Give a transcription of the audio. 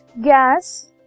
gas